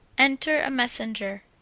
enter a messenger.